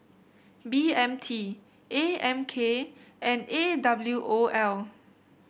B M T A M K and A W O L